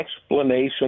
explanation